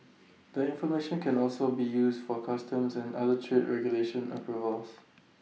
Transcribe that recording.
the information can also be used for customs and other trade regulatory approvals